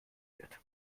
wird